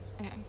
okay